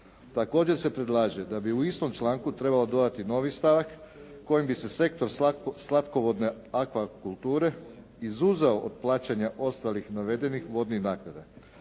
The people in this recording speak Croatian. Također se predlaže da bi u istom članku trebalo dodati novi stavak kojim bi se sektor slatkovodne aqua kulture izuzeo od plaćanja ostalih navedenih vodnih naknada.